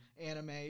anime